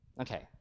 Okay